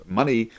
money